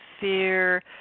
fear